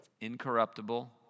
Incorruptible